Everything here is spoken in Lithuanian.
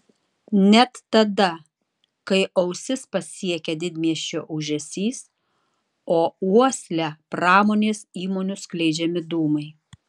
net tada kai ausis pasiekia didmiesčio ūžesys o uoslę pramonės įmonių skleidžiami dūmai